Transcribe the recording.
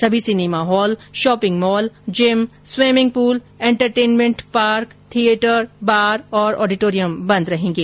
सभी cinema hall shopping mall gym swimming pool entertainment park theatre bar और auditorium बंद रहेंगे